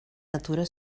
natura